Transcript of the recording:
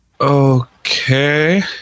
okay